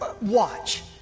Watch